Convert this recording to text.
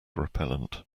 repellent